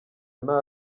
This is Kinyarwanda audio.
nta